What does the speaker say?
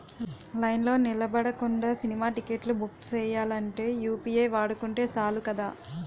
లైన్లో నిలబడకుండా సినిమా టిక్కెట్లు బుక్ సెయ్యాలంటే యూ.పి.ఐ వాడుకుంటే సాలు కదా